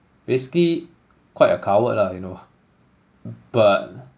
basically quite a coward lah you know but